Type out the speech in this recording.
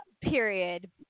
period